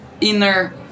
inner